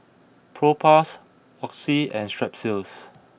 Propass Oxy and Strepsils